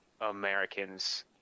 americans